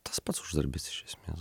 tas pats uždarbis iš esmės